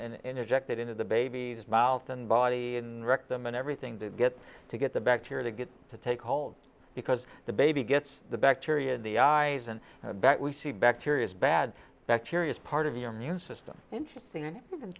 interjected into the baby's mouth and body and rectum and everything to get to get the bacteria to get to take hold because the baby gets the bacteria in the eyes and that we see bacteria is bad bacterias part of your immune system interesting